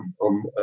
on